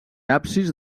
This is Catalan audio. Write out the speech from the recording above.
absis